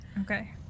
Okay